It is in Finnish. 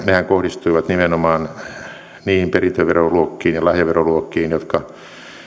nehän kohdistuivat nimenomaan niihin perintöveroluokkiin ja lahjaveroluokkiin jotka